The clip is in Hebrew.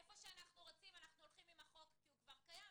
איפה שאנחנו רוצים אנחנו הולכים עם החוק כי הוא כבר קיים,